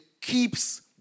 keeps